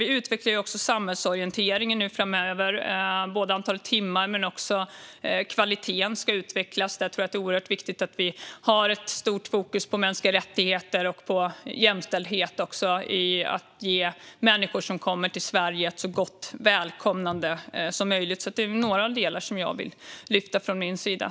Vi utvecklar även samhällsorienteringen framöver, både vad gäller antal timmar och vad gäller kvaliteten. Jag tror att det är oerhört viktigt att vi har ett stort fokus på mänskliga rättigheter och på jämställdhet när det gäller att ge människor som kommer till Sverige ett så gott välkomnande som möjligt. Detta är några delar som jag vill lyfta fram.